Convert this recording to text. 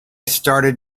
started